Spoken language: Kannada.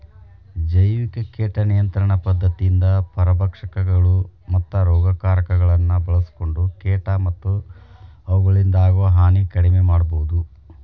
ಜೈವಿಕ ಕೇಟ ನಿಯಂತ್ರಣ ಪದ್ಧತಿಯಿಂದ ಪರಭಕ್ಷಕಗಳು, ಮತ್ತ ರೋಗಕಾರಕಗಳನ್ನ ಬಳ್ಸಿಕೊಂಡ ಕೇಟ ಮತ್ತ ಅವುಗಳಿಂದಾಗೋ ಹಾನಿ ಕಡಿಮೆ ಮಾಡಬೋದು